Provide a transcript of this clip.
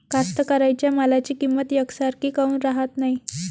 कास्तकाराइच्या मालाची किंमत यकसारखी काऊन राहत नाई?